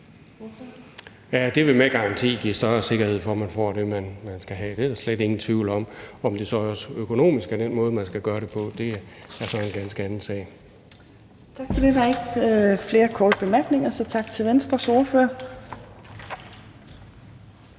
Det vil med garanti give større sikkerhed for, at man får det, man skal have. Det er der slet ingen tvivl om. Om det så også økonomisk er den måde, man skal gøre det på, er en ganske anden sag. Kl. 18:02 Fjerde næstformand (Trine Torp): Tak for det. Der er ikke flere korte bemærkninger, så tak til Venstres ordfører.